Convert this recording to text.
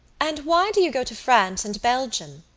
and why do you go to france and belgium,